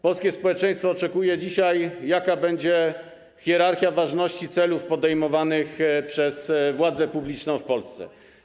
Polskie społeczeństwo oczekuje dzisiaj, jaka będzie hierarchia ważności celów podejmowanych przez władzę publiczną w Polsce.